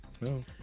no